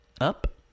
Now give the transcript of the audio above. up